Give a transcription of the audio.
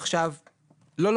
לא,